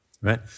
right